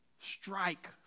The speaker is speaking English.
strike